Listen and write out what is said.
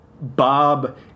Bob